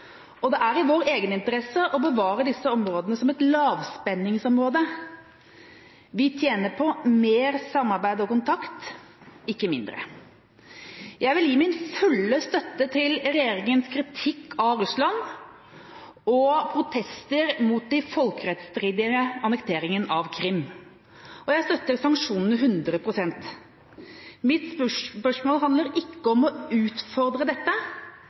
Det er i vår egeninteresse å bevare disse områdene som et lavspenningsområde. Vi tjener på mer samarbeid og kontakt, ikke mindre. Jeg vil gi min fulle støtte til regjeringas kritikk av Russland og protester mot den folkerettsstridige annekteringa av Krim. Og jeg støtter sanksjonene hundre prosent. Mitt spørsmål handler ikke om å utfordre dette,